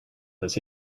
this